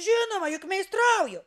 žinoma juk meistrauju